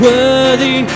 Worthy